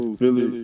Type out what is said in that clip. Philly